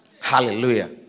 Hallelujah